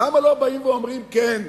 למה לא באים ואומרים: כן,